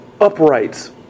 uprights